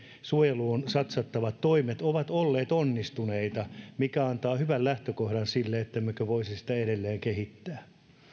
suojeluun satsattavat toimet ovat olleet onnistuneita mikä antaa hyvän lähtökohdan sille että voisimme sitä edelleen kehittää